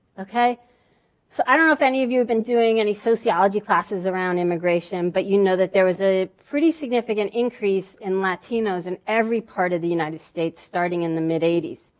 so i don't know if any of you have been doing any sociology classes around immigration, but you know that there is a pretty significant increase in latinos in every part of the united states starting in the mid eighty s.